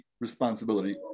responsibility